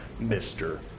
Mr